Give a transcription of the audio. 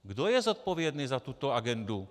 Kdo je zodpovědný za tuto agendu?